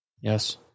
Yes